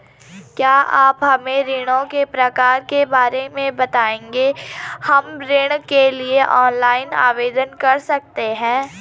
क्या आप हमें ऋणों के प्रकार के बारे में बताएँगे हम ऋण के लिए ऑनलाइन आवेदन कर सकते हैं?